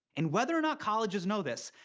and whether or not colleges know this,